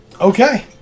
Okay